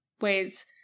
ways